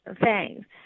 Thanks